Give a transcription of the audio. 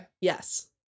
Yes